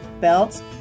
belts